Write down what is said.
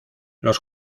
los